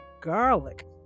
garlic